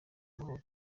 amahoro